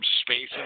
space